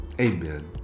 Amen